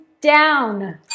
down